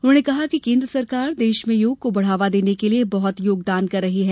उन्होंने कहा कि केन्द्र सरकार देश में योग को बढावा देने के लिए बहुत योगदान कर रही है